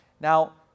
Now